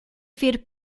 ver